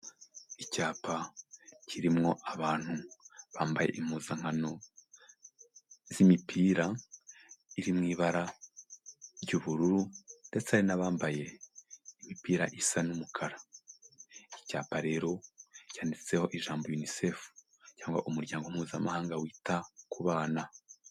Icyapa kirimo abantu bambaye impuzankano z'imipira iri mu ibara ry'ubururu ndetse n'abambaye imipira isa n'umukara. Icyapa rero cyanditseho ijambo unicef cyangwa umuryango mpuzamahanga wita ku bana.